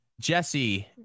Jesse